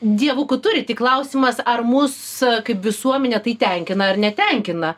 dievukų turi tik klausimas ar mus kaip visuomenę tai tenkina ar netenkina